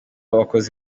wakoze